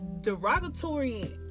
derogatory